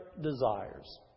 desires